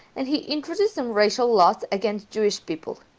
and he introduced some racial laws against jewish people.